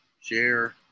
share